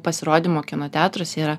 pasirodymo kino teatruose yra